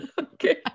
okay